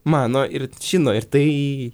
mano ir žino ir tai